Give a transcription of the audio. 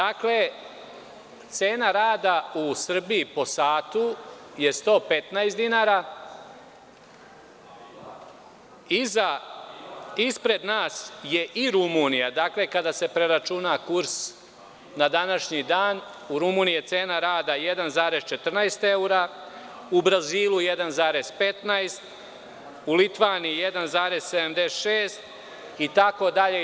Dakle, cena rada u Srbiji po satu je 115 dinara, ispred nas je i Rumunija kada se preračuna kurs na današnji dan u Rumuniji je cena rada 1,14 eura, u Brazilu 1,15, u Litvaniji 1,76 itd.